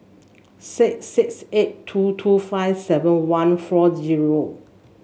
six six eight two two five seven one four zero